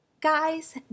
Guys